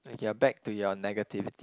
you're back to your negativity